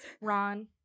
Ron